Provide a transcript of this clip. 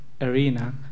arena